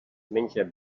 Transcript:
menja